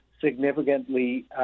significantly